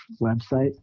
website